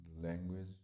language